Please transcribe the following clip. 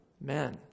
men